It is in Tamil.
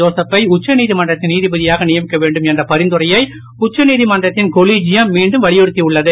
ஜோசப்பை உச்சநீதிமன்றத்தின் நீதிபதியாக நியமிக்க வேண்டும் என்ற பரிந்துரையை உச்சநீதமன்றத்தின் கொலிதியம் மீண்டும் வலியுறுத்தியுள்ளது